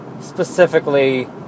specifically